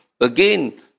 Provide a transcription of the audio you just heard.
again